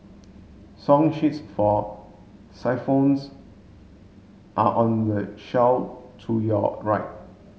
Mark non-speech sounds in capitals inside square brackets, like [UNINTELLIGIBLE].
song sheets for [UNINTELLIGIBLE] are on the shelf to your right